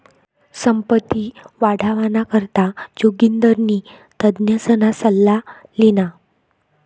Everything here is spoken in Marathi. संपत्ती वाढावाना करता जोगिंदरनी तज्ञसना सल्ला ल्हिना